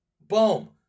Boom